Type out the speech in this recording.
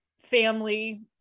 family